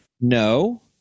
No